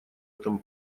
этом